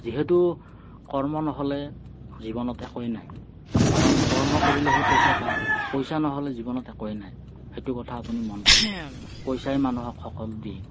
যিহেতু কৰ্ম নহ'লে জীৱনত একোৱেই নাই কাৰণ কৰ্ম কৰিলেহে পইচা পায় পইচা নহ'লে জীৱনত একোৱেই নাই সেইটো কথা আপুনি মন কৰিব পইচাই মানুহক সকলো দিয়ে